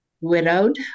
widowed